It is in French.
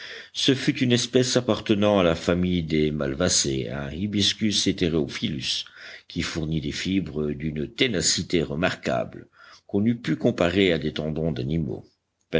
ce fut une espèce appartenant à la famille des malvacées un hibiscus heterophyllus qui fournit des fibres d'une ténacité remarquable qu'on eût pu comparer à des tendons d'animaux